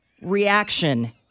reaction